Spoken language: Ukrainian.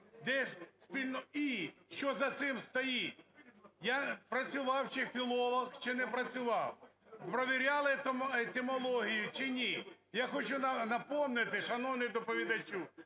Де спільно "і", що за цим стоїть? Я… працював чи філолог, чи не працював? Провіряли етимологію чи ні?! Я хочу напомнити, шановний доповідачу,